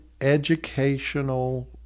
educational